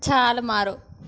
ਛਾਲ ਮਾਰੋ